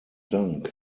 dank